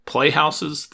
Playhouses